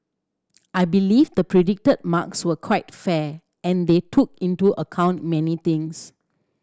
I believe the predicted marks were quite fair and they took into account many things